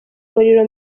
muriro